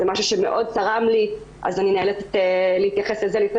זה משהו שמאוד צרם לי אז אני נאלצת להתייחס לזה לפני